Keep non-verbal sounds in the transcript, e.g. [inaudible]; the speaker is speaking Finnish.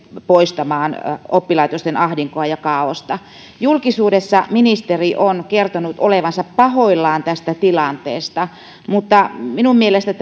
poistamaan oppilaitosten ahdinkoa ja kaaosta julkisuudessa ministeri on kertonut olevansa pahoillaan tästä tilanteesta mutta minun mielestäni [unintelligible]